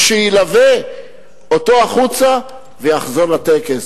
שילווה אותו החוצה ויחזור לטקס.